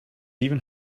even